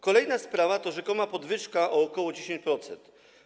Kolejna sprawa to rzekoma podwyżka o ok. 10%.